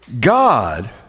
God